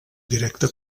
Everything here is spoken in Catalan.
directa